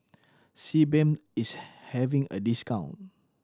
sebamed is having a discount